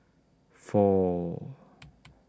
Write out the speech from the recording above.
four